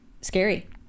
scary